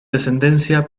descendencia